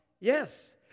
Yes